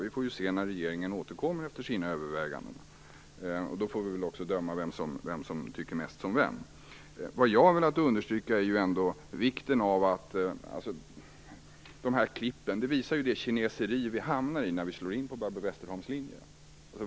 Vi får vänta på att regeringen återkommer efter sina överväganden. Då får vi också bedöma vilka som tycker mest lika. Det som Barbro Westerholm talar om visar det kineseri som vi hamnar i när vi slår in på hennes linje.